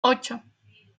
ocho